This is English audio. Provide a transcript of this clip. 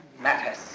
matters